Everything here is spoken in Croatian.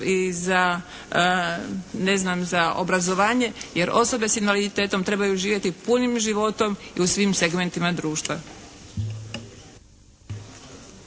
za obrazovanje, jer osobe sa invaliditetom trebaju živjeti punim životom i u svim segmentima društva.